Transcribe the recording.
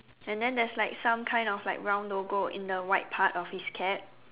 and then there is like some kind of like round logo in the white part of his cap